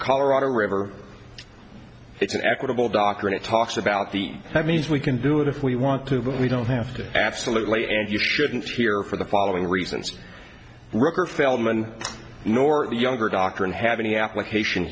colorado river it's an equitable doctrine it talks about the means we can do it if we want to but we don't have to absolutely and you shouldn't here for the following reasons river feldman nor younger doctrine have any application